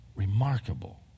remarkable